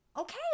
Okay